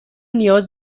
نیاز